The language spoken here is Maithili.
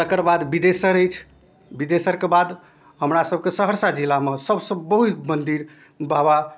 तकर बाद बिदेसर अछि बिदेसरके बाद हमरासबके सहरसा जिलामे सबसँ बहुत मन्दिर बाबा